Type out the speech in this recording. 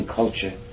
culture